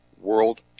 world